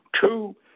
Two